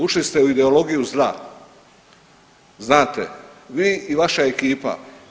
Ušli ste u ideologiju zla, znate, vi i vaša ekipa.